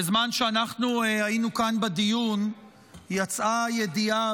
בזמן שאנחנו היינו כאן בדיון יצאה ידיעה